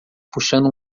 puxando